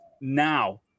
now